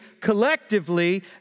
collectively